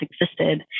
existed